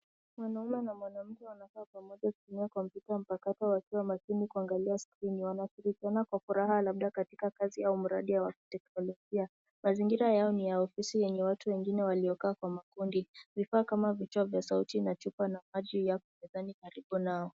Mwanamme na mwanamke wanakaa pamoja wakitumia kompyuta mpakato wakiwa makini kuangaliana skrini. Wanashirikia kwa furaha katika kazi au mradi wa wa kiteknolojia. Mazingira yao ni ya ofisi yenye watu wengine waliokaa kwa makundi. Vifaa kama vitoa vya sauti na chupa na maji yako mezani karibu nao.